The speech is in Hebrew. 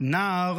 נער